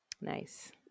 Nice